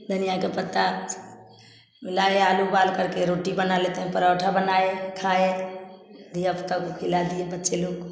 धनिया का पत्ता लाए आलू उबालकर के रोटी बना लेते हैं पराठा बनाए खाए दिए उन्ह खिला दिए बच्चे लोग को